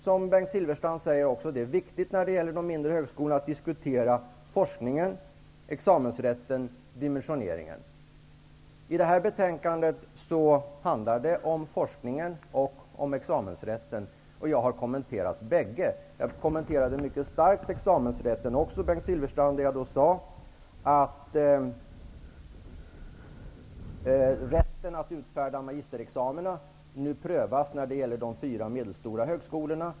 Som Bengt Silfverstrand säger är det viktigt att diskutera forskningen, examensrätten och dimensioneringen när det gäller de mindre och medelstora högskolorna. Det här betänkandet behandlar forskningen och examensrätten, och jag har kommenterat bägge. Jag har sagt att rätten att utfärda magisterexamina nu prövas när det gäller de fyra medelstora högskolorna.